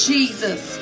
Jesus